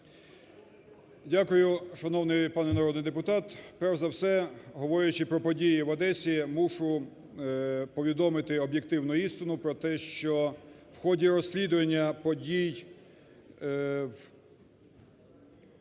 Дякую, шановний пане народний депутат. Перш за все, говорячи про події в Одесі, мушу повідомити об'єктивну істину про те, що в ході розслідування подій… в ході